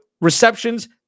receptions